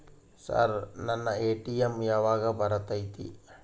Sir ನನ್ನ ATM ಯಾವಾಗ ಬರತೈತಿ?